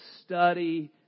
study